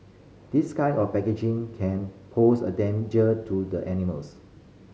this kind of packaging can pose a danger to the animals